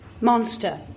Monster